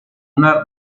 una